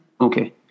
okay